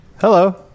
Hello